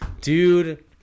Dude